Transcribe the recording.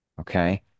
okay